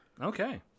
Okay